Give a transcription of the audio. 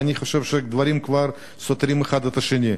ואני חושב שהדברים כבר סותרים אחד את השני,